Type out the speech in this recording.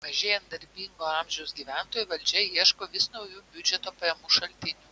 mažėjant darbingo amžiaus gyventojų valdžia ieško vis naujų biudžeto pajamų šaltinių